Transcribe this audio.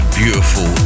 beautiful